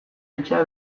etxea